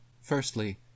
Firstly